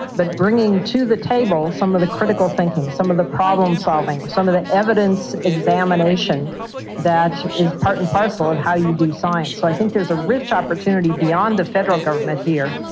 but bringing to the table some of the critical thinking, some of the problem-solving, some of the evidence examination that is part and parcel of how you do science. so i think there's a rich opportunity beyond the federal government here,